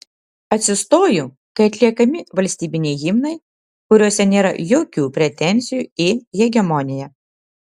atsistoju kai atliekami valstybiniai himnai kuriuose nėra jokių pretenzijų į hegemoniją